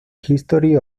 history